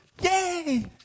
yay